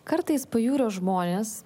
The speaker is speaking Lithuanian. kartais pajūrio žmonės